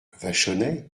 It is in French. vachonnet